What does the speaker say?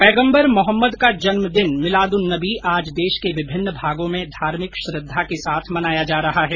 पैगम्बर मोहम्मद का जन्मदिन मिलाद उन नबी आज देश के विभिन्न भागों में धार्मिक श्रद्धा के साथ मनाया जा रहा है